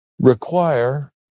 require